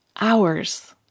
hours